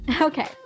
Okay